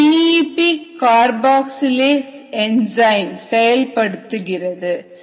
இதை PEP carboxylase enzyme செயல்படுத்துகிறது